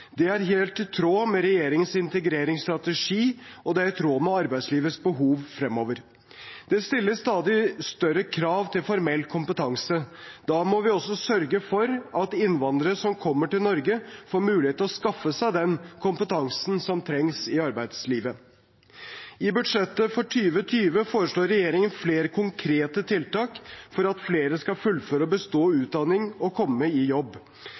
Det er helt i tråd med regjeringens integreringsstrategi, og det er i tråd med arbeidslivets behov fremover. Det stilles stadig større krav til formell kompetanse. Da må vi også sørge for at innvandrere som kommer til Norge, får mulighet til å skaffe seg den kompetansen som trengs i arbeidslivet. I budsjettet for 2020 foreslår regjeringen flere konkrete tiltak for at flere skal fullføre og bestå utdanning og komme i jobb.